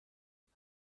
and